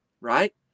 Right